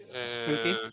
Spooky